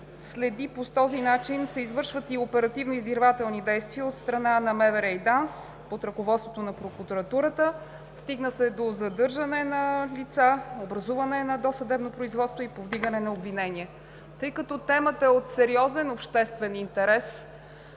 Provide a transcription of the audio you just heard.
следи, по този начин се извършват и оперативно-издирвателни действия от страна на МВР и ДАНС под ръководството на прокуратурата. Стигна се до задържане на лица, образуване на досъдебно производство и повдигане на обвинение. Тъй като темата е от сериозен обществен интерес,